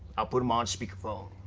i'll put him on speaker phone.